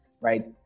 right